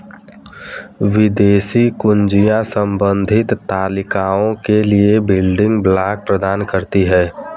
विदेशी कुंजियाँ संबंधित तालिकाओं के लिए बिल्डिंग ब्लॉक प्रदान करती हैं